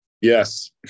yes